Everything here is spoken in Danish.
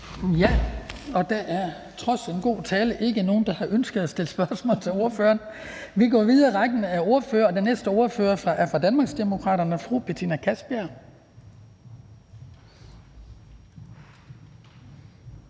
Der er trods en god tale ikke nogen, der har ønsket at stille spørgsmål til ordføreren. Vi går videre i rækken af ordførere. Den næste ordfører er fra Danmarksdemokraterne, fru Betina Kastbjerg.